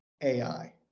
ai